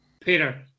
Peter